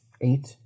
Eight